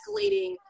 escalating